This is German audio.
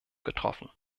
getroffen